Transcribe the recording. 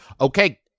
okay